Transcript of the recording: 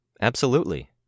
Absolutely